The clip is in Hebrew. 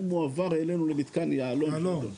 הוא מועבר אלינו למתקן יהלום.